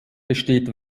besteht